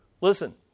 Listen